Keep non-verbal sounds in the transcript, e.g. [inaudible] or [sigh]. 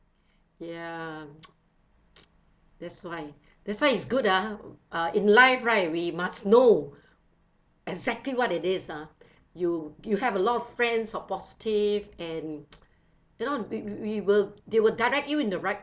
ya [noise] [noise] that's why that's why it's good ah uh in life right we must know exactly what it is ah you you have a lot of friends of positive and [noise] you know we we we will they will direct you in the right